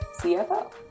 CFO